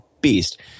beast